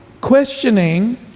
questioning